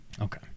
Okay